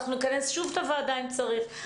אנחנו נכנס שוב את הוועדה אם צריך.